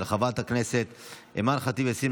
של חברת הכנסת אימאן ח'טיב יאסין,